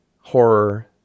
horror